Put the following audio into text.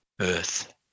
Earth